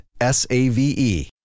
S-A-V-E